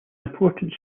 important